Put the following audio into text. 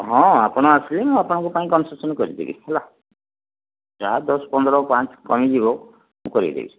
ହଁ ଆପଣ ଆସିବେ ଆପଣଙ୍କ ପାଇଁ କନସେସନ୍ କରିଦେବି ହେଲା ଯାହା ଦଶ ପନ୍ଦର ପାଞ୍ଚ କମିଯିବ ମୁଁ କରେଇଦେବି